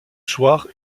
soir